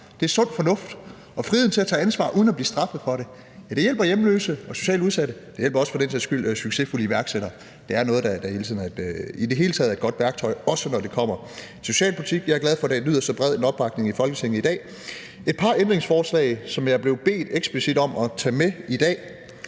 Det er sund fornuft. Og friheden til at tage ansvar uden at blive straffet for det hjælper hjemløse og socialt udsatte. Det hjælper for den sags skyld også succesfulde iværksættere. Det er noget, der i det hele taget er et godt værktøj, også når det kommer til socialpolitik. Jeg er glad for, at det nyder så bred en opbakning i Folketinget i dag. Et par ændringsforslag, som jeg eksplicit blev bedt om at tage med i dag